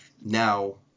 now